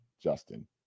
Justin